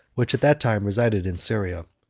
which at that time resided in syria.